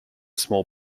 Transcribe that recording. small